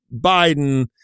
Biden